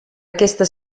aquesta